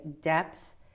depth